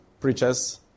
preachers